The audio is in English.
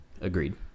agreed